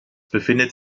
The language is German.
befindet